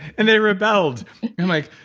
and they rebelled. i'm like,